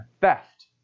theft